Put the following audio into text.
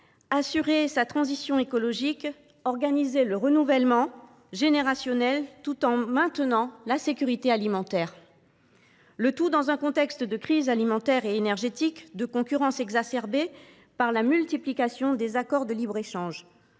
assurer sa transition écologique et organiser le renouvellement générationnel, tout en maintenant la sécurité alimentaire. Le tout dans un contexte de crise alimentaire et énergétique et de concurrence exacerbée par la multiplication des accords de libre échange.